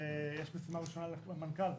ויש משימה ראשונה למנכ"ל,